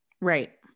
Right